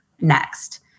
next